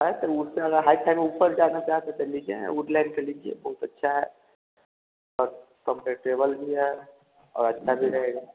हाँ तो उससे ज़्यादा हाइ फाई में ऊपर जाना चाहते तो लीजिए वुडलाइट का लीजिए बहुत अच्छा है सब कम्फर्टेबल भी है और अच्छा भी रहेगा